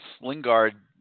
Lingard